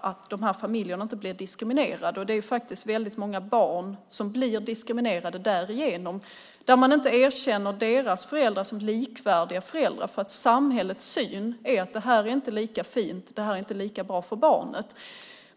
att dessa inte blir diskriminerade. Det är många barn som blir diskriminerade för att man inte erkänner deras föräldrar som likvärdiga föräldrar eftersom samhällets syn är att detta inte är lika fint och bra för barnet.